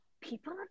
People